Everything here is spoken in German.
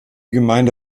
gemeinde